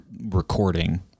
recording